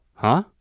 huh,